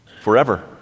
forever